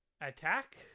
attack